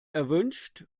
erwünscht